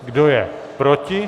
Kdo je proti?